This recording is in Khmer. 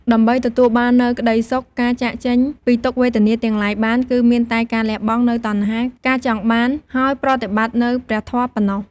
ដើម្បីទទួលបាននូវក្ដីសុខ ការចាកចេញពីទុក្ខវេទនាទាំងឡាយបាន គឺមានតែការលះបង់នូវតណ្ហា ការចង់បាន ហើយប្រតិបត្តិនូវព្រះធម៌ប៉ុណ្ណោះ។